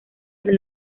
del